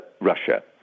Russia